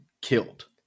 killed